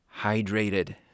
hydrated